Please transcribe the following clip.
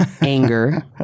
anger